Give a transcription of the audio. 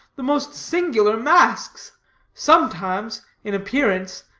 the most singular masques sometimes, in appearance,